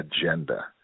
agenda